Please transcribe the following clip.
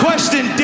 question